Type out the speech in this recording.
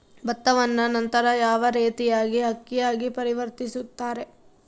ಭತ್ತವನ್ನ ನಂತರ ಯಾವ ರೇತಿಯಾಗಿ ಅಕ್ಕಿಯಾಗಿ ಪರಿವರ್ತಿಸುತ್ತಾರೆ?